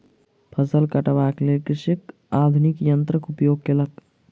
फसिल कटबाक लेल कृषक आधुनिक यन्त्रक उपयोग केलक